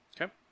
Okay